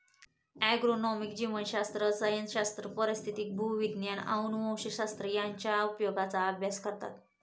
agronomy जीवशास्त्र, रसायनशास्त्र, पारिस्थितिकी, भूविज्ञान, अनुवंशशास्त्र यांच्या उपयोजनांचा अभ्यास करतात